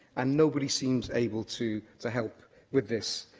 and nobody seems able to to help with this.